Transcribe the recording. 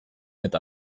eta